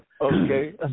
Okay